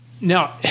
Now